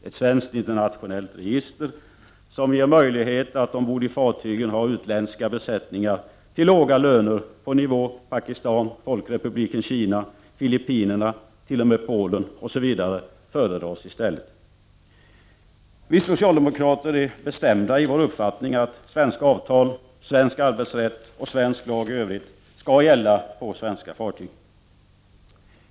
Ett svenskt internationellt register, som ger möjlighet att ombord i fartygen ha utländska besättningar till låga löner på nivå Pakistan, Folkrepubliken Kina, Filippinerna och t.o.m. Polen, föredras i stället. Vi socialdemokrater är bestämda i vår uppfattning att svenska avtal, svensk arbetsrätt och svensk lag i övrigt skall gälla på svenska fartyg.